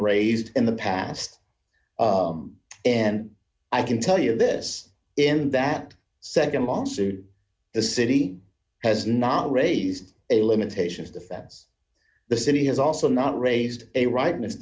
raised in the past and i can tell you this in that nd lawsuit the city has not raised a d limitation of the fence the city has also not raised a rightness